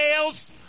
tails